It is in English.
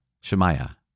Shemaiah